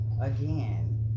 again